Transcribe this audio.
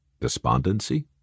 Despondency